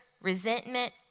resentment